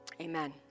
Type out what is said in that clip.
Amen